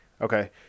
Okay